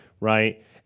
right